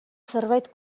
zerbait